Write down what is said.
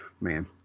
Man